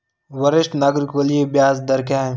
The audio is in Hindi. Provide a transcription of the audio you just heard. वरिष्ठ नागरिकों के लिए ब्याज दर क्या हैं?